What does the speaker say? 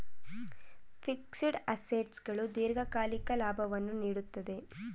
fixed assets ಗಳು ದೀರ್ಘಕಾಲಿಕ ಲಾಭವನ್ನು ನೀಡುತ್ತದೆ